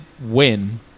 win